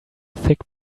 thick